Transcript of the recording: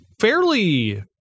fairly